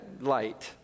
light